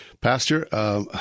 Pastor